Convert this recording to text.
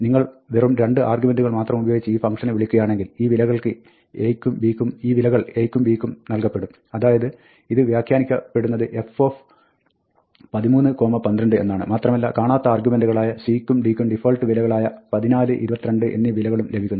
നിങ്ങൾ വെറും രണ്ട് ആർഗ്യുമെന്റുകൾ മാത്രമുപയോഗിച്ച് ഈ ഫംഗ്ഷനെ വിളിക്കുകയാണെങ്കിൽ ഈ വിലകൾ a യ്ക്കും b യ്ക്കും നൽകപ്പെടും അതായത് ഇത് വ്യാഖ്യാനിക്കപ്പെടുന്നത് f13 12 എന്നാണ് മാത്രമല്ല കാണാത്ത ആർഗ്യുമെന്റുകളായ c യ്ക്കും d യ്ക്കും ഡിഫാൾട്ട് വിലകളായ 14 22 എന്നീ വിലകളും ലഭിക്കുന്നു